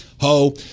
ho